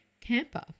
camper